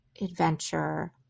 adventure